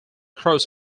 across